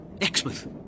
Exmouth